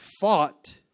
fought